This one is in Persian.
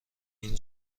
این